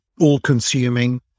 all-consuming